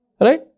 Right